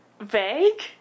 vague